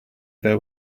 there